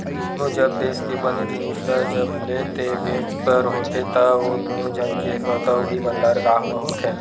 दुनों जब देस के बने जिनिस ल जब लेय ते बेचें बर होथे ता ओ दुनों झन के सौदा उहीं बंदरगाह म होथे